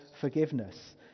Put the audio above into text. forgiveness